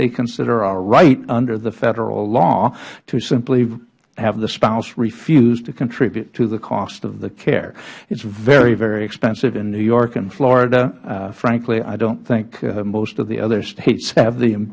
they consider our right under the federal law to simply have the spouse refuse to contribute to the cost of the care it is very very expensive in new york and florida frankly i dont think most of the other states have the